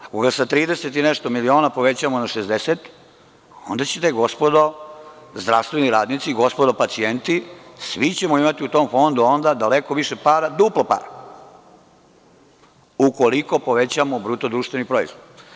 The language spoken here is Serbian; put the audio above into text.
Ako ga sa 30 i nešto miliona povećamo na 60, onda ćemo, gospodo zdravstveni radnici, gospodo pacijenti, imati u tom fondu daleko više para, duplo para, ukoliko povećamo bruto društveni proizvod.